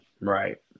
right